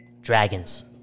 Dragons